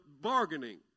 bargaining